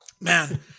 Man